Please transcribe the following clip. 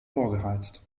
vorgeheizt